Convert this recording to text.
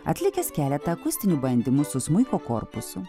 atlikęs keletą akustinių bandymų su smuiko korpusu